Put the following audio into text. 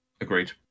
Agreed